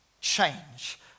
change